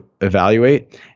evaluate